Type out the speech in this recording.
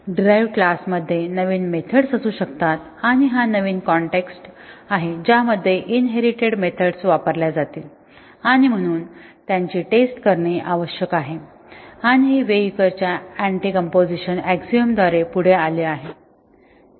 derived class मध्ये नवीन methods असू शकतात आणि हा नवीन कॉन्टेक्सट आहे ज्यामध्ये इनहेरिटेड मेथड्स वापरल्या जातील आणि म्हणून त्यांची टेस्ट करणे आवश्यक आहे आणि हे वेयुकर च्या अँटीकॉम्पोझिशन आँक्झिओम द्वारे पुढे आले आहे